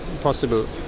possible